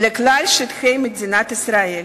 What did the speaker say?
לכלל שטחי מדינת ישראל.